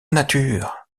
nature